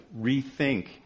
rethink